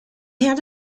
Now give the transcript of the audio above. had